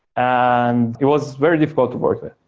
and it was very difficult to work with.